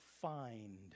find